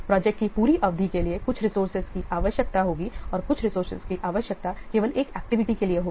project की पूरी अवधि के लिए कुछ रिसोर्सेज की आवश्यकता होगी और कुछ रिसोर्सेज की आवश्यकता केवल एक एक्टिविटी के लिए होगी